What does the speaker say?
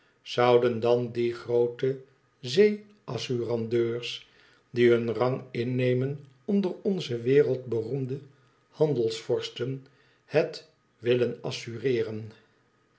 zouden dan diegroote zee assuradeurs die hun rang innemen onder onze wereldberoemde handelsvorsten het willen assureeren